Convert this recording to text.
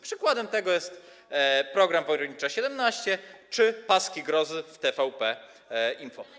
Przykładem tego jest program „Woronicza 17” czy paski grozy w TVP Info.